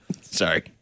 Sorry